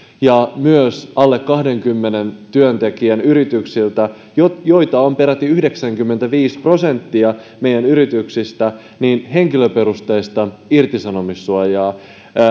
ja myös alle kahdenkymmenen työntekijän yrityksiltä joita joita on peräti yhdeksänkymmentäviisi prosenttia meidän yrityksistä henkilöperusteista irtisanomissuojaa